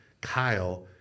Kyle